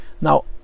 Now